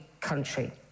country